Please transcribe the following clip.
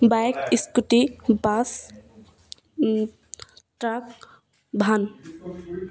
bike scooty bus truck van